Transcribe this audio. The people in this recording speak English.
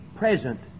present